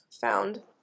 found